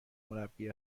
مربی